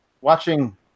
watching